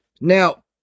now